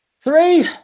Three